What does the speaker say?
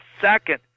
second